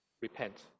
repent